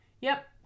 Yep